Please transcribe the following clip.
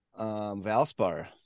Valspar